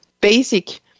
basic